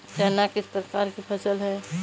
चना किस प्रकार की फसल है?